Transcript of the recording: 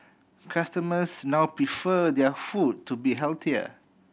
customers now prefer their food to be healthier